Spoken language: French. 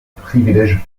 privilèges